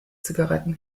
zigaretten